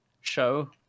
show